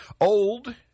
Old